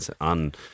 on